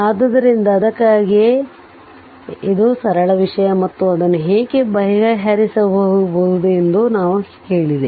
ಆದ್ದರಿಂದ ಅದಕ್ಕಾಗಿಯೇ ಆದ್ದರಿಂದ ಇದು ಸರಳ ವಿಷಯ ಮತ್ತು ಅದನ್ನು ಹೇಗೆ ಬಗೆಹರಿಸುವುದೆಂದು ನಾನು ಹೇಳಿದೆ